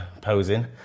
posing